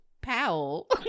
Powell